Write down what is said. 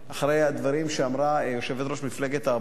אחרי הדברים שאמרה יושבת-ראש מפלגת העבודה,